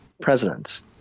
presidents